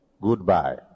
goodbye